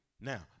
Now